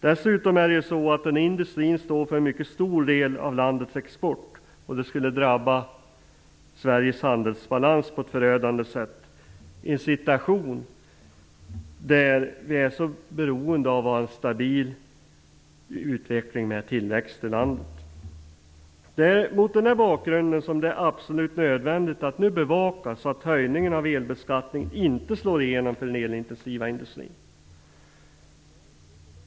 Dessutom står den här industrin för en mycket stor del av landets export, och det skulle drabba Sveriges handelsbalans på ett förödande sätt i en situation där vi är så beroende av att ha en stabil utveckling med tillväxt i landet. Det är mot den här bakgrunden som det är absolut nödvändigt att nu bevaka så att höjningen av elbeskattningen inte slår igenom för den elintensiva industrin.